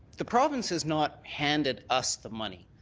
the province has not handed us the money.